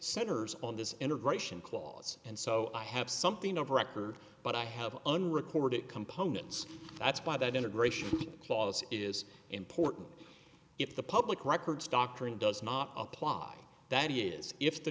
centers on this integration clause and so i have something of record but i have an recorded components that's why that integration clause is important if the public records doctrine does not apply that is if the